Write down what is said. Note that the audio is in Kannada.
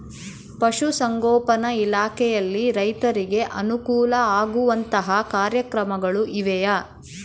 ಪಶುಸಂಗೋಪನಾ ಇಲಾಖೆಯಲ್ಲಿ ರೈತರಿಗೆ ಅನುಕೂಲ ಆಗುವಂತಹ ಕಾರ್ಯಕ್ರಮಗಳು ಇವೆಯಾ?